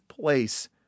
place